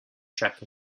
check